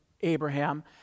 Abraham